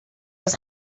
was